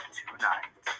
tonight